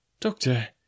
Doctor